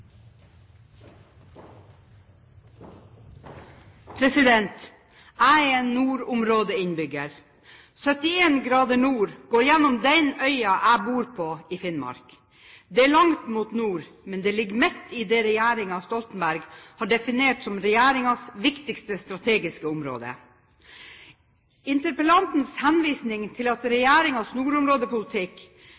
området. Jeg er en nordområdeinnbygger. 71 grader nord går gjennom den øya jeg bor på i Finnmark. Det er langt mot nord, men det ligger midt i det regjeringen Stoltenberg har definert som regjeringens viktigste strategiske område. Interpellantens henvisning til at